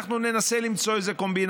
אנחנו ננסה למצוא איזו קומבינה.